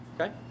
okay